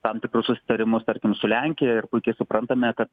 tam tikrus susitarimus tarkim su lenkija ir puikiai suprantame kad